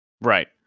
Right